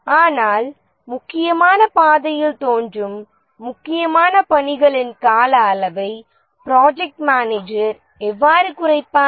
ஆனால் முக்கியமான பாதையில் தோன்றும் முக்கியமான பணிகளின் கால அளவை ப்ரொஜக்ட் மேனேஜர் எவ்வாறு குறைப்பார்